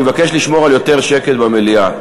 אני מבקש לשמור על יותר שקט במליאה.